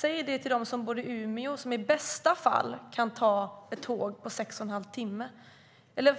Säg det till dem som bor i Umeå, som i bästa fall kan ta tåg i sex och en halv timme eller